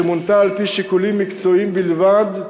שמונתה על-פי שיקולים מקצועיים בלבד,